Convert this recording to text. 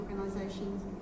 organizations